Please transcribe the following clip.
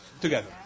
together